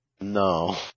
No